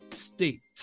states